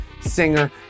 singer